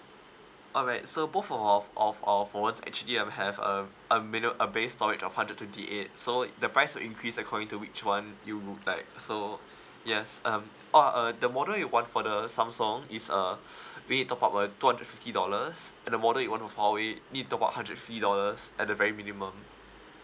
alright so both of of of our phones actually um have um I mean uh a base storage of hundred twenty eight so the price will increase according to which one you would like so yes um orh uh the model you want for the samsung is uh maybe you top up a two hundred and fifty dollars then the model you want for huawei need to top up hundred and fifty dollars at the very minimum